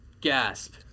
Gasp